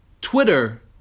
Twitter